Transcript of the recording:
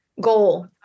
goal